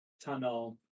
tunnel